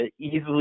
easily